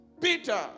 Peter